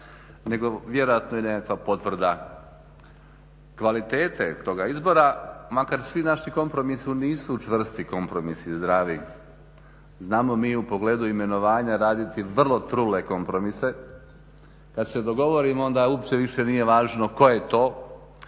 nego vjerojatno i nekakva potreba kvalitete toga izbora, makar svi naši kompromisi nisu čvrsti kompromisi, zdravi, znamo mi u pogledu imenovanja raditi vrlo trule kompromise. Kad se govorimo onda uopće više nije važno tko je to,